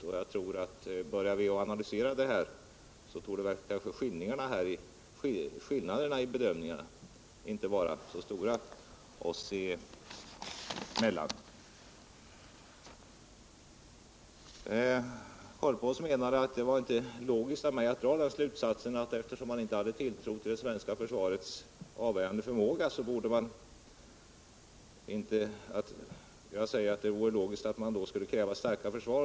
Om vi börjar analysera detta, torde skillnaderna i bedömningen inte vara så stora oss emellan. Sture Korpås menade att det inte var logiskt av mig att dra den slutsats jag gjorde. Eftersom man inte har tilltro till det svenska försvarets avvärjande förmåga vore det, ansåg jag, logiskt att kräva ett starkare försvar.